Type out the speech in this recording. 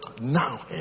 Now